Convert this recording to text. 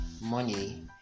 money